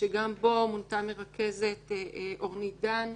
שגם בו מונתה מרכזת, אורנית דן,